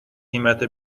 قیمت